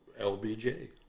LBJ